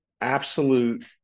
absolute